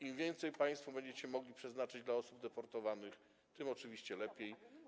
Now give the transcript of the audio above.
Im więcej państwo będziecie mogli przeznaczyć dla osób deportowanych, tym oczywiście lepiej.